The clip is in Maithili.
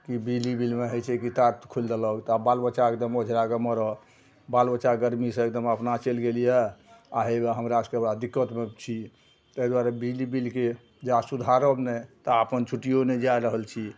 कि बिजली बिलमे होइ छै कि तार खोलि देलक तऽ आब बाल बच्चा एकदम ओझराके मरऽ बाल बच्चा गरमीसे एगदम अपना चलि गेल यऽ आओर हेबे हमरा सभकेँ दिक्कतमे छी ताहि दुआरे बिजली बिलके जा सुधारब नहि ता अपन छुट्टिओ नहि जै रहल छी